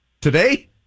Today